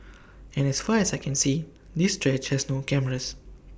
and as far as I can see this stretch has no cameras